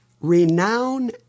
renown